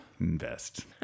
Invest